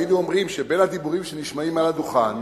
היינו אומרים שבין הדיבורים שנשמעים מעל הדוכן